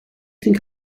think